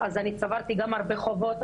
אז אני צברתי גם הרבה חובות,